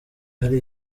hari